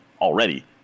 already